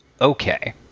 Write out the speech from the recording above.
Okay